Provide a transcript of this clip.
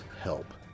help